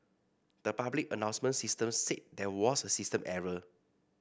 the public announcement system said there was a system error